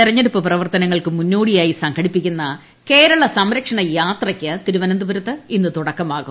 തെരഞ്ഞെടുപ്പ് പ്രവർത്തനങ്ങൾക്ക് മുന്നോടിയായി സംഘടിപ്പിക്കുന്ന കേരള സംരക്ഷണ യാത്രയ്ക്ക് തിരുവനന്തപുരത്ത് ഇന്ന് തുടക്കമാകും